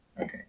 Okay